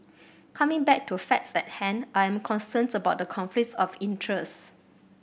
coming back to facts at hand I am concerned about the conflicts of interest